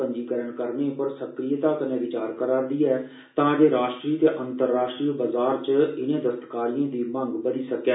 पंजीकरण करने पर सक्रियता कन्नै विचार करा रदी ऐ तां जे राष्ट्रीय ते अंतराष्ट्रीय बजार च इने दस्तकारियें दी मंग बदी सकै